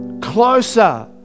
closer